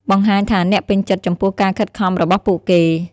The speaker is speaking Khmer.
បង្ហាញថាអ្នកពេញចិត្តចំពោះការខិតខំរបស់ពួកគេ។